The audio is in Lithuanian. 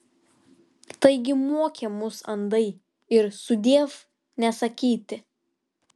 taigi mokė mus andai ir sudiev nesakyti